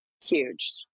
huge